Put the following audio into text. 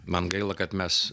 man gaila kad mes